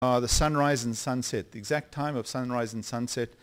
The sunrise and sunset, the exact time of sunrise and sunset